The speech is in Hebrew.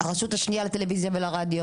יש לי עוד רשימה ארוכה.